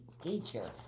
teacher